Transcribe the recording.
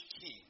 king